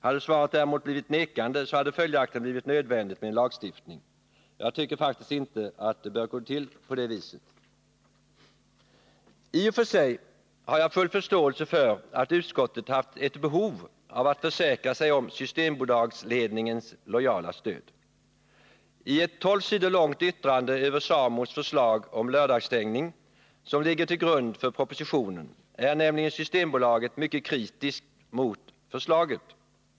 Hade svaret däremot blivit nekande, så hade det följaktligen blivit nödvändigt med en lagstiftning. Jag tycker faktiskt inte att det bör gå till på det viset. I och för sig har jag full förståelse för att utskottet haft ett behov av att försäkra sig om Systembolagsledningens lojala stöd. I ett tolv sidor långt yttrande över SAMO:s förslag om lördagsstängningen, som ligger till grund för propositionen, är nämligen Systembolaget mycket kritiskt mot förslaget.